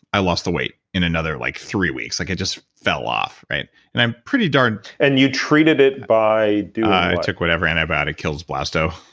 i lost the weight in another like three weeks, like it just fell off, right. and i'm pretty darn and you treated it by doing what? i took whatever antibiotic kills blasto.